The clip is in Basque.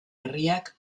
herriak